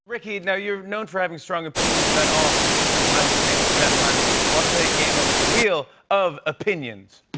ricky, now you're known for having strong opinions about all different kinds of things. so with that in mind, i want to play a game of wheel of opinions!